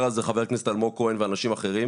על זה חבר הכנסת אלמוג כהן ואנשים אחרים